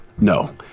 No